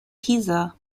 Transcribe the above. pisa